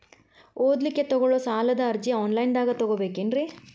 ಓದಲಿಕ್ಕೆ ತಗೊಳ್ಳೋ ಸಾಲದ ಅರ್ಜಿ ಆನ್ಲೈನ್ದಾಗ ತಗೊಬೇಕೇನ್ರಿ?